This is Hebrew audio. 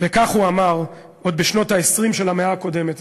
וכך הוא אמר עוד בשנות ה-20 של המאה הקודמת,